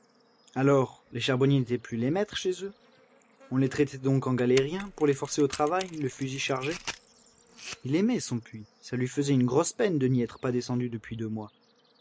alors les charbonniers n'étaient plus les maîtres chez eux on les traitait donc en galériens pour les forcer au travail le fusil chargé il aimait son puits ça lui faisait une grosse peine de n'y être pas descendu depuis deux mois